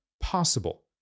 possible